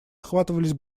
охватывались